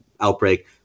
outbreak